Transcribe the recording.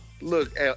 Look